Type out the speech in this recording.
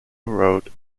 wrote